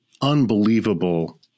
unbelievable